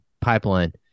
pipeline